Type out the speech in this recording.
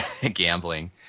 gambling